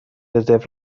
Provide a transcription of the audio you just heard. رزرو